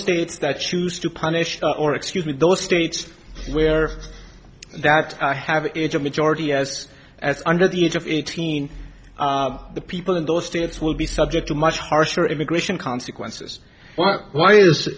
states that choose to punish or excuse me those states where that have a majority as as under the age of eighteen the people in those states will be subject to much harsher immigration consequences w